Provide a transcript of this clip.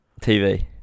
tv